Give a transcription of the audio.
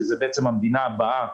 שהיא המדינה הבאה,